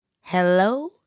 Hello